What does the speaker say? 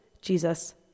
Jesus